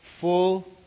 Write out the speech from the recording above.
full